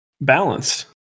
balanced